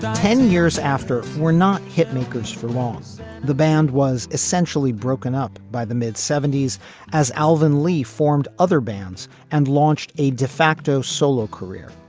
ten years after we're not hit makers for loans the band was essentially broken up by the mid seventy s as alvin lee formed other bands and launched a de facto solo career.